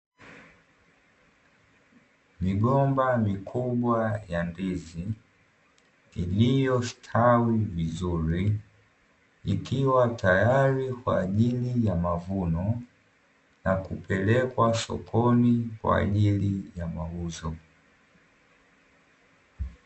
Migomba mikubwa ya ndizi iliyostawi vizuri, ikiwa tayari kwa ajili ya mavuno na kupelekwa sokoni kwa ajili ya mauzo.